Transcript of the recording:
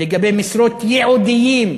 לגבי משרות ייעודיות.